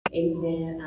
amen